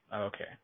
Okay